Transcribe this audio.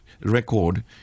record